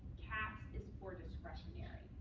caps is for discretionary.